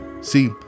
See